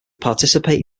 participate